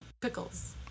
pickles